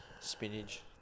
spinach